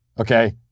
okay